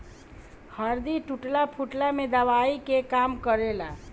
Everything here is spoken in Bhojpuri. हरदी टूटला फुटला में दवाई के काम करेला